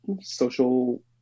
social